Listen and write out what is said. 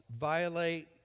violate